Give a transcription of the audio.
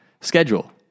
schedule